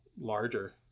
larger